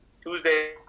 Tuesday